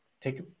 take